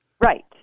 Right